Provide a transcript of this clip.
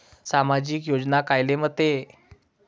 सामाजिक योजना कायले म्हंते?